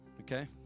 Okay